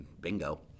Bingo